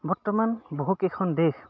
বৰ্তমান বহুকেইখন দেশ